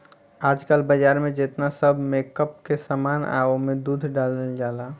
आजकल बाजार में जेतना सब मेकअप के सामान बा ओमे दूध डालल जाला